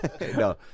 No